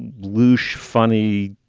blueish, funny,